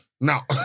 now